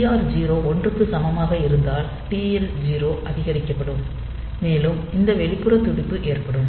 TR0 1 க்கு சமமாக இருந்தால் TL 0 அதிகரிக்கப்படும் மேலும் இந்த வெளிப்புற துடிப்பு ஏற்படும்